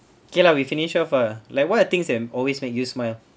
okay lah we finish off ah like what are the things can always make you smile